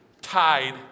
tied